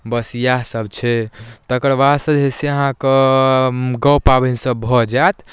बस इएहसभ छै तकर बाद से जे छै अहाँकेँ गौ पाबनि सभ भऽ जाएत